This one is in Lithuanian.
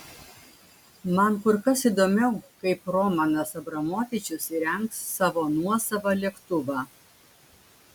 man kur kas įdomiau kaip romanas abramovičius įrengs savo nuosavą lėktuvą